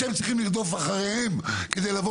אתם צריכים לרדוף אחריהם כדי לבוא